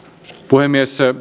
puhemies